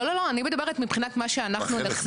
לא, לא, אני מדברת מבחינת מה שאנחנו נחשפים.